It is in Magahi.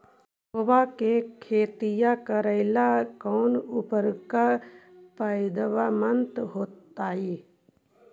मुंग के खेती करेला कौन उर्वरक फायदेमंद होतइ?